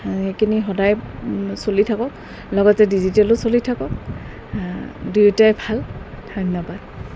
সেইখিনি সদায় চলি থাকক লগতে ডিজিটেলো চলি থাকক দুয়োটাই ভাল ধন্যবাদ